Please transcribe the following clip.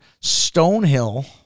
Stonehill